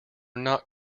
not